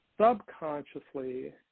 subconsciously